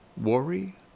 worry